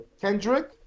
Kendrick